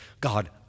God